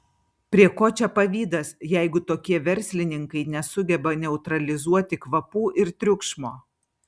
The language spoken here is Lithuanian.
prie ko čia pavydas jeigu tokie verslininkai nesugeba neutralizuoti kvapų ir triukšmo